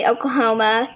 Oklahoma